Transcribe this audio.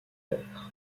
leurs